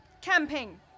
camping